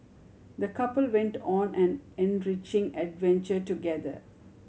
the couple went on an enriching adventure together